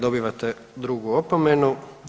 Dobivate drugu opomenu.